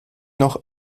noch